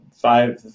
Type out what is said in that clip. five